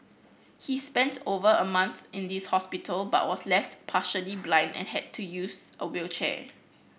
he spent over a month in this hospital but was left partially blind and had to use a wheelchair